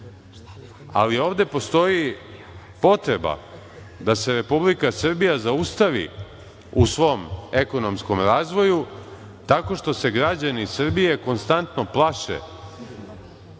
ali ovde postoji potreba da se Republika Srbija zaustavi u svom ekonomskom razvoju tako što se građani Srbije konstantno plaše